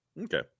Okay